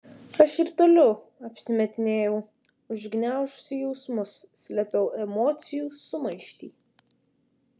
aš ir toliau apsimetinėjau užgniaužusi jausmus slėpiau emocijų sumaištį